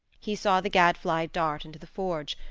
he saw the gadfly dart into the forge.